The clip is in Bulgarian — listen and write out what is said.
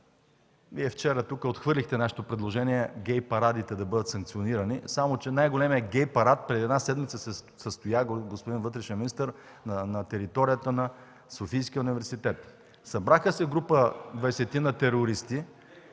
Вчера отхвърлихте тук нашето предложение гей парадите да бъдат санкционирани, само че най-големият гей парад се състоя преди една седмица, господин вътрешен министър, на територията на Софийския университет. Събраха се група двадесетина терористи